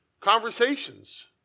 conversations